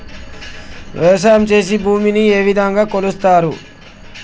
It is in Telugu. వ్యవసాయం చేసి భూమిని ఏ విధంగా కొలుస్తారు?